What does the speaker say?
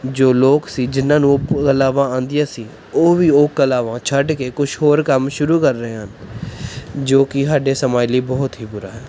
ਜੋ ਲੋਕ ਸੀ ਜਿਨ੍ਹਾਂ ਨੂੰ ਉਹ ਕਲਾਵਾਂ ਆਉਂਦੀਆਂ ਸੀ ਉਹ ਵੀ ਉਹ ਕਲਾਵਾਂ ਛੱਡ ਕੇ ਕੁਛ ਹੋਰ ਕੰਮ ਸ਼ੁਰੂ ਕਰ ਰਹੇ ਹਨ ਜੋ ਕਿ ਸਾਡੇ ਸਮਾਜ ਲਈ ਬਹੁਤ ਹੀ ਬੁਰਾ ਹੈ